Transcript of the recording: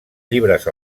llibres